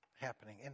happening